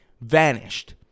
vanished